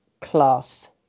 class